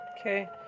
Okay